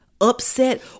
upset